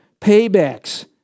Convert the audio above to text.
paybacks